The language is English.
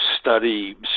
study